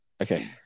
Okay